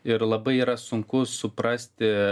ir labai yra sunku suprasti